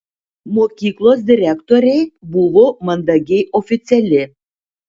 mokyklos direktorė buvo mandagiai oficiali